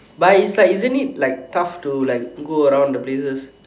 but is like isn't it like tough to like go around the places